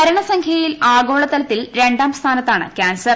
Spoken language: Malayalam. മരണസംഖ്യയിൽ ആഗോളതലത്തിൽ രണ്ടാം സ്ഥാനത്താണ് ക്യാൻസർ